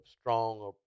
stronger